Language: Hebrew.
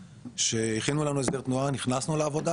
כשהכינו לנו הסדר תנועה נכנסנו לעבודה